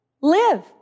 Live